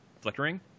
flickering